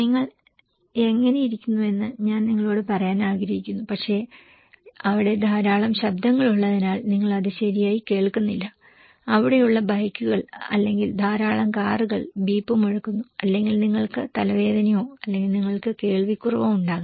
നിങ്ങൾ എങ്ങനെയിരിക്കുന്നുവെന്ന് ഞാൻ നിങ്ങളോട് പറയാൻ ആഗ്രഹിക്കുന്നു പക്ഷേ അവിടെ ധാരാളം ശബ്ദങ്ങൾ ഉള്ളതിനാൽ നിങ്ങൾ അത് ശരിയായി കേൾക്കുന്നില്ല അവിടെയുള്ള ബൈക്കുകൾ അല്ലെങ്കിൽ ധാരാളം കാറുകൾ ബീപ്പ് മുഴങ്ങുന്നു അല്ലെങ്കിൽ നിങ്ങൾക്ക് തലവേദനയോ അല്ലെങ്കിൽ നിങ്ങൾക്ക് കേൾവിക്കുറവോ ഉണ്ടാകാം